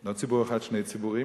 לא ציבור אחד, שני ציבורים,